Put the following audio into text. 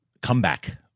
comeback